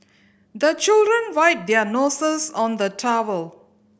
the children wipe their noses on the towel